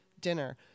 dinner